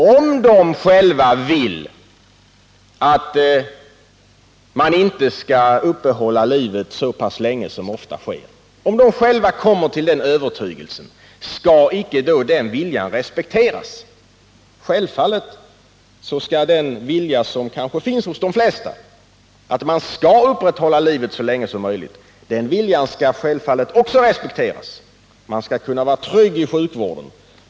Om de kommer till den övertygelsen, att de inte vill att man skall uppehålla livet på dem — så länge som nu ofta sker —skall icke då den viljan respekteras? Den vilja som kanske finns hos de flesta —- att man skall upprätthålla livet så länge som möjligt skall självfallet också respekteras; man skall kunna vara trygg i sjukvården.